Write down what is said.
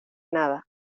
nada